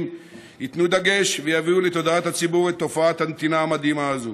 ייתנו דגש ויביאו לתודעת הציבור את תופעת הנתינה המדהימה הזאת